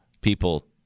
people